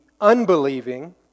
unbelieving